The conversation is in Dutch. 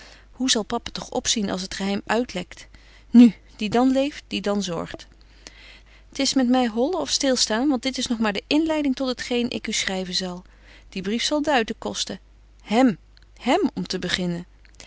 zal papa toch opzien als het geheim uitlekt nu die dan leeft die dan zorgt t is met my hollen of stilstaan want dit is nog maar de inleiding tot het geen ik u schryven zal die brief zal duiten kosten hem hem om te beginnen